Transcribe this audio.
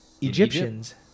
Egyptians